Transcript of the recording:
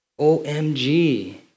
OMG